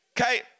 Okay